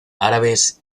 árabes